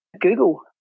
Google